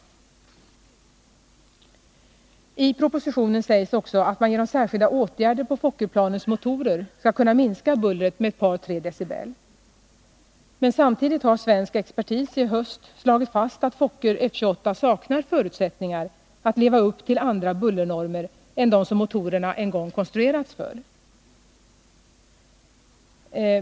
I propositionen sägs också att man genom särskilda åtgärder på Fokkerplanens motorer skall kunna minska bullret med ett par tre decibel. Men samtidigt har svensk expertis i höst slagit fast att Fokker F-28 saknar förutsättningar att leva upp till andra bullernormer än dem som motorerna en gång har konstruerats för.